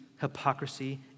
hypocrisy